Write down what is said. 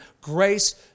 grace